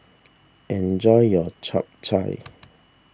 enjoy your Chap Chai